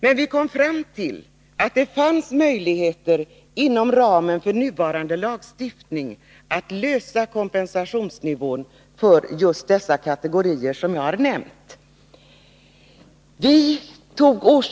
Men vi kom fram till att det fanns möjligheter inom ramen för nuvarande lagstiftning att lösa kompensationsfrågan för just de kategorier som jag har nämnt.